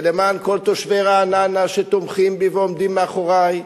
ולמען כל תושבי רעננה שתומכים בי ועומדים מאחורי,